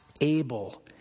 able